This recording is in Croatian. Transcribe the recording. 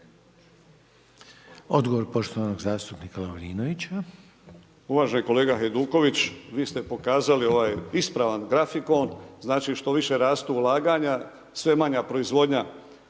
**Lovrinović, Ivan (Promijenimo Hrvatsku)** Uvaženi kolega Hajduković, vi ste pokazali ispravan grafikon, znači što više rastu ulaganja sve je manja proizvodnja.